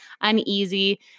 uneasy